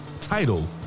title